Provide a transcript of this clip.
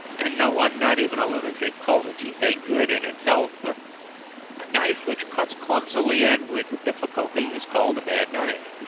and no one, not even a lunatic, calls a tooth-ache good in itself but a knife which cuts clumsily and with difficulty is called a bad knife,